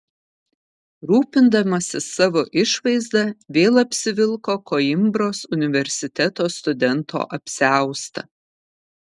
rūpindamasis savo išvaizda vėl apsivilko koimbros universiteto studento apsiaustą